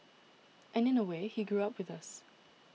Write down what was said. and in a way he grew up with us